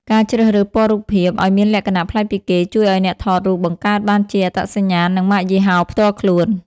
ការជ្រើសរើសពណ៌រូបភាព ឱ្យមានលក្ខណៈប្លែកពីគេ ជួយឱ្យអ្នកថតរូបបង្កើតបានជាអត្តសញ្ញាណ និងម៉ាកយីហោផ្ទាល់ខ្លួន។